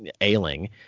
ailing